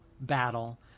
battle